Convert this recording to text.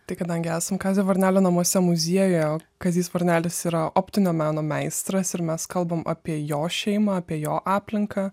tai kadangi esam kazio varnelio namuose muziejuje kazys varnelis yra optinio meno meistras ir mes kalbam apie jo šeimą apie jo aplinką